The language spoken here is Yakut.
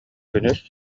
күнүс